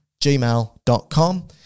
gmail.com